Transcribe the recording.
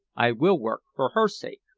i will work for her sake.